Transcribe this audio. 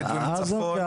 תוכנית לבדואים צפון וכו'.